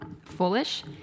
foolish